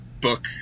book